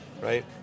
right